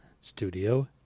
Studio